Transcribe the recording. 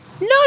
No